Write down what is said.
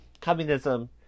communism